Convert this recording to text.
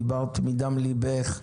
דיברת מדם ליבך.